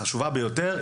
החשובה ביותר,